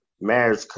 marriage